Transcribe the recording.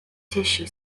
tissue